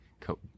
coat –